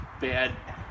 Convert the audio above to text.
bad